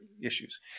issues